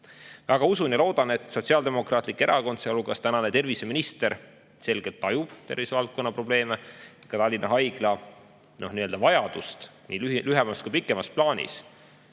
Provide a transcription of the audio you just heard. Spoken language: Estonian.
Väga usun ja loodan, et Sotsiaaldemokraatlik Erakond, sealhulgas tänane terviseminister, tajub selgelt tervisevaldkonna probleeme ja ka Tallinna Haigla vajadust nii lühemas kui ka pikemas plaanis.